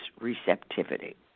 receptivity